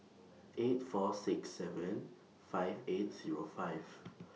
eight four six seven five eight Zero five